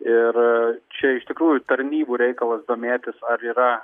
ir čia iš tikrųjų tarnybų reikalas domėtis ar yra